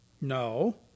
No